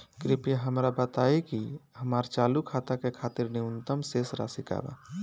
कृपया हमरा बताइ कि हमार चालू खाता के खातिर न्यूनतम शेष राशि का बा